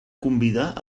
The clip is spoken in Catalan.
convidar